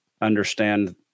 understand